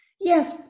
Yes